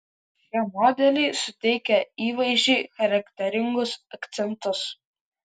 šie modeliai suteikia įvaizdžiui charakteringus akcentus